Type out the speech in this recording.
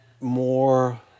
more